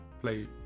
play